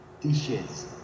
dishes